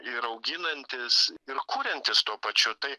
ir auginantys ir kuriantys tuo pačiu tai